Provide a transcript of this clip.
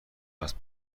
است